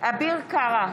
אביר קארה,